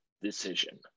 decision